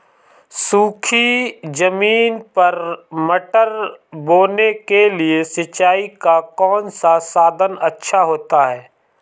सूखी ज़मीन पर मटर बोने के लिए सिंचाई का कौन सा साधन अच्छा होता है?